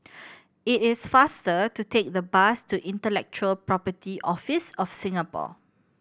it is faster to take the bus to Intellectual Property Office of Singapore